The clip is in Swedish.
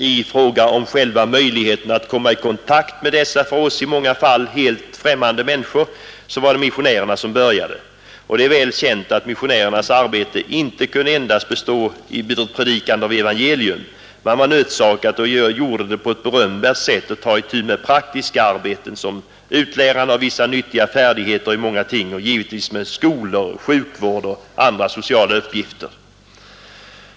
I fråga om själva möjligheten att komma i kontakt med dessa för oss i många fall helt främmande människor var det missionärerna som började. Det är väl känt att missionärernas arbete inte bara kunde bestå i predikandet av evangelium. Man var också nödsakad — och gjorde det på ett berömvärt sätt — att ta itu med praktiska arbeten, såsom utlärandet av vissa nyttiga färdigheter i många ting, och givetvis med skolor, sjukvård och andra sociala uppgifter.